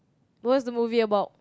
what's the movie about